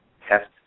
test